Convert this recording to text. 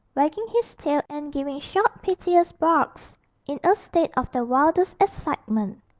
wagging his tail and giving short piteous barks in a state of the wildest excitement.